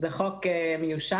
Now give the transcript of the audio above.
זה חוק מיושן.